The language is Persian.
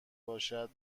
باشد